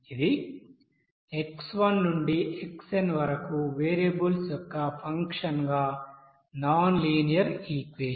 ఇది x1 నుండి xn వరకు వేరియబుల్స్ యొక్క ఫంక్షన్గా నాన్ లీనియర్ ఈక్వెషన్